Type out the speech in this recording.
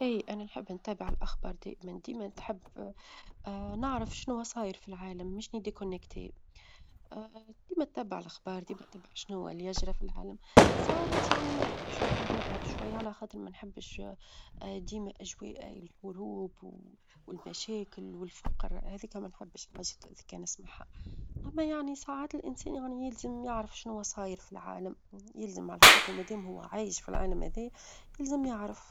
إيه أنا نحب نتابع الأخبار دائمًا ديما نحب نعرف شنوا صاير في العالم مش غير متصلة ديما اتبع الأخبار، ديما اتبع شنوا اللي يجرى في العالم ساعات يعنى ما نحبش، نحب نبعد شوية على خاطر ما نحبش ديما أجواء الحروب، والمشاكل، والفقر هذاك ما نحبش حاجات هاذيك نسمعها، أما يعني ساعات الإنسان يعني يلزم يعرف شنوا صاير في العالم، يلزم على خاطره مادام هو عايش في العالم هذا يلزم يعرف.